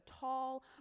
tall